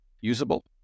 usable